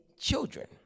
children